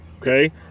okay